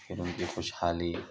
پھر ان کی خوشحالی